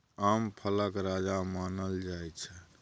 आम फलक राजा मानल जाइ छै